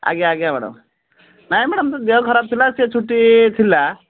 ଆଜ୍ଞା ଆଜ୍ଞା ମ୍ୟାଡ଼ାମ୍ ନାଇଁ ମ୍ୟାଡ଼ାମ୍ ତା' ଦେହ ଖରାପ ଥିଲା ସେ ଛୁଟି ଥିଲା